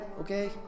okay